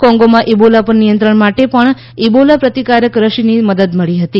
કોંગોમાં Ebola પર નિયંત્રણ માટે પણ ઇબોલા પ્રતિકારક રસીની મદદ મળી હતી